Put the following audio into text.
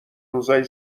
روزای